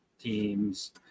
teams